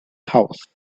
house